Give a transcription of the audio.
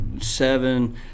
seven